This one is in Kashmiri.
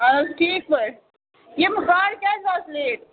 اَہن حظ ٹھیٖک پٲٹھۍ یِم گاڑٕ کیٛازِ واژٕ لیٹ